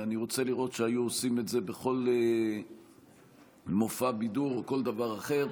אני רוצה לראות שהיו עושים את זה בכל מופע בידור או בכל דבר אחר.